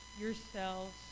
yourselves